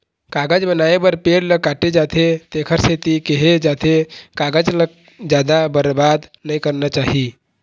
कागज बनाए बर पेड़ ल काटे जाथे तेखरे सेती केहे जाथे कागज ल जादा बरबाद नइ करना चाही